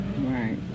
Right